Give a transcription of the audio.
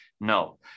No